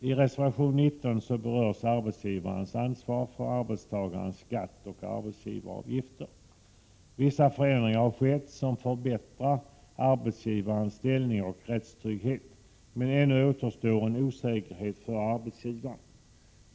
I reservation 19 berörs arbetsgivares ansvar för arbetstagares skatt och arbetsgivaravgifter. Vissa förändringar, som förbättrar arbetsgivarens ställning och rättstrygghet, har skett. Men ännu återstår en osäkerhet för arbetsgivaren.